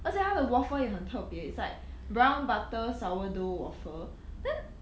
而且他的 waffle 也很特别 it's like brown butter sour dough waffle then offer